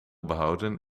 behouden